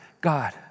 God